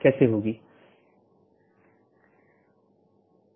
जिसे हम BGP speaker कहते हैं